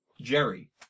Jerry